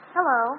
Hello